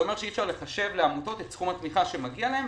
זה אומר שאי-אפשר לחשב לעמותות את סכום התמיכה שמגיע להם,